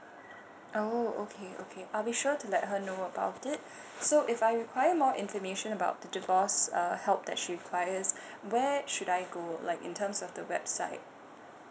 oh okay okay I'll be sure to let her know about it so if I require more information about the divorce uh help that she requires where should I go like in terms of the website